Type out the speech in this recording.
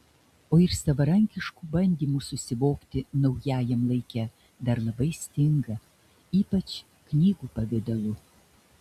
o ir savarankiškų bandymų susivokti naujajam laike dar labai stinga ypač knygų pavidalu